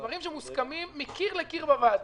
דברים שמוסכמים מקיר לקיר בוועדה.